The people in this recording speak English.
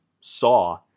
saw